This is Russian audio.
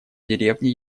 деревни